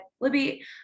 Libby